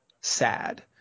sad